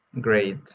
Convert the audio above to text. Great